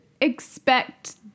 expect